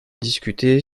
discuter